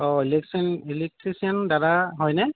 অঁ electrician electrician দাদা হয়নে